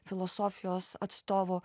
filosofijos atstovų